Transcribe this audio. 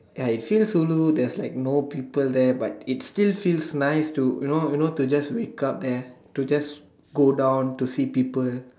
ya you feel so lonely that's like no people there but it's still feel nice to you know you know to just wake up there to just go down to see people